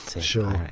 sure